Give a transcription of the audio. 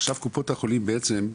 עכשיו קופות החולים בעצם,